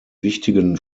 wichtigen